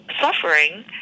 suffering